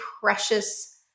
precious